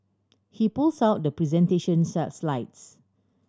he pulls out the presentation sale slides